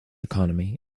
economy